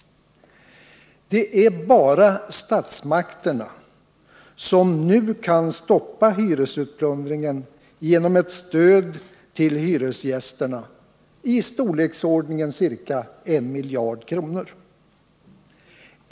Det är bara statsmakterna som nu kan stoppa hyresplundringen genom ett stöd till hyresgästerna av storleksordningen 1 miljard kronor.